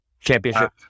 Championship